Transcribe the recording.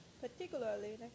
particularly